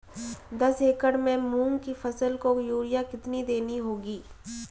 दस एकड़ में मूंग की फसल को यूरिया कितनी देनी होगी?